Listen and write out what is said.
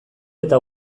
eta